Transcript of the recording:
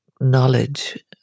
knowledge